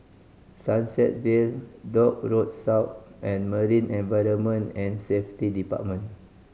Sunset Vale Dock Road South and Marine Environment and Safety Department